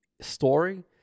story